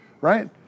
right